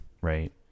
right